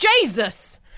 Jesus